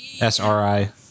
S-R-I